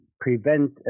prevent